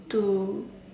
to